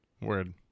Word